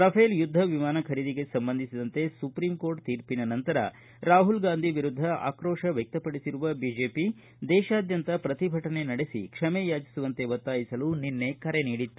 Rafale ಯುದ್ದ ವಿಮಾನ ಖರೀದಿಗೆ ಸಂಬಂಧಿಸಿದಂತೆ ಸುಪ್ರೀಂ ತೀರ್ಪಿನ ನಂತರ ರಾಹುಲ್ ಗಾಂಧಿ ವಿರುದ್ದ ಆಕ್ರೋಶ ವ್ಯಕ್ತಪಡಿಸಿರುವ ಬಿಜೆಪಿ ದೇಶಾದ್ಯಂತ ಪ್ರತಿಭಟನೆ ನಡೆಸಿ ಕ್ಷಮೆಯಾಚಿಸುವಂತೆ ಒತ್ತಾಯಿಸಲು ನಿನ್ನೆ ಕರೆ ನೀಡಿತ್ತು